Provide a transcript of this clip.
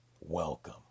Welcome